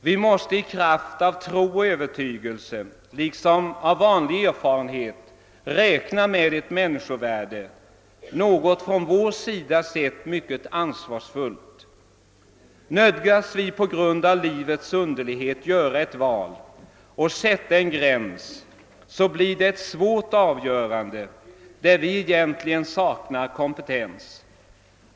Vi måste i kraft av tro och övertygelse liksom av vanlig erfarenhet räkna med ett människovärde, något från vår sida sett mycket ansvarsfullt. Nödgas vi på grund av livets underlighet göra ett val och sätta en gräns, blir det ett svårt avgörande, där vi egentligen saknar kompetens.